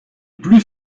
plus